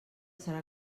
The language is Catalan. serà